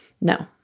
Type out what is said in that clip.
No